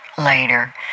later